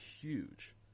huge